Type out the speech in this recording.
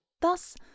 Thus